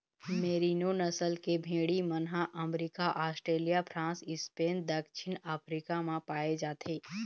मेरिनों नसल के भेड़ी मन ह अमरिका, आस्ट्रेलिया, फ्रांस, स्पेन, दक्छिन अफ्रीका म पाए जाथे